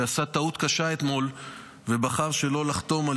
שעשו טעות קשה אתמול ובחרו שלא לחתום על